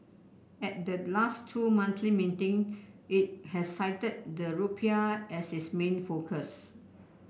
at the last two monthly meeting it has cited the rupiah as its main focus